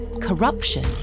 corruption